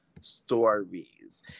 stories